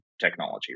technology